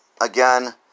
Again